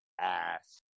ass